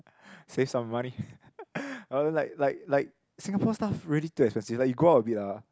save some money ppo I don't know like like like Singapore stuff really too expensive like you go out a bit lah